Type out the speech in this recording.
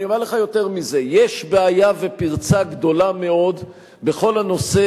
אני אומר לך יותר מזה: יש בעיה ופרצה גדולה מאוד בכל הנושא